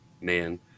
man